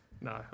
No